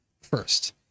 first